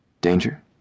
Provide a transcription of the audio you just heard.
Danger